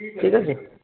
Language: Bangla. ঠিক আছে